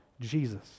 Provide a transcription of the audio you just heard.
Jesus